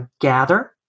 Gather